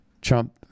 Trump